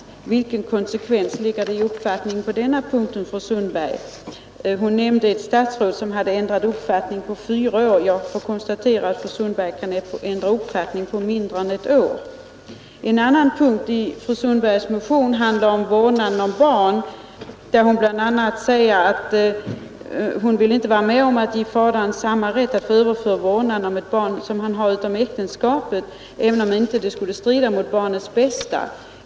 Vilken konsekvens finns det i uppfattningen på den punkten, fru Sundberg? Fru Sundberg nämnde ett statsråd som ändrat uppfattning på fyra år. Jag konstaterar att fru Sundberg kan ändra uppfattning på mindre än ett år. En annan punkt i motionen handlar om vårdnaden av barn. Där säger fru Sundberg att hon inte vill vara med om att ge fadern samma rätt att överta vårdnaden om ett barn som han har utom äktenskapet, även om det inte skulle strida mot barnets bästa.